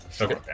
Okay